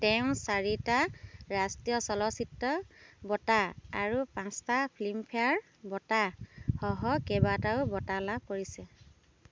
তেওঁ চাৰিটা ৰাষ্ট্ৰীয় চলচ্চিত্ৰ বঁটা আৰু পাঁচটা ফিল্মফেয়াৰ বঁটাসহ কেইবাটাও বঁটা লাভ কৰিছে